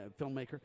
filmmaker